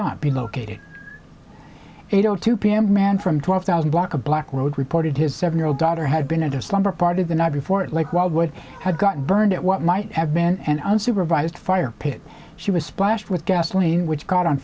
not be located eight o two p m man from twelve thousand block of black road reported his seven year old daughter had been at a slumber party the night before it like wildwood had gotten burned at what might have been and unsupervised fire pit she was splashed with gasoline which caught on